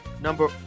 number